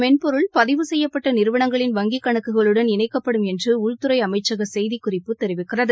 மென்பொருள் பதிவு செய்யப்பட்ட நிறுவனங்களின் வங்கிக்கணக்குகளுடன் இந்த இணைக்கப்படும் என்று உள்துறை அமைச்சக செய்திக்குறிப்பு தெரிவிக்கிறது